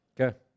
Okay